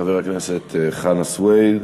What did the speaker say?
חבר הכנסת חנא סוייד.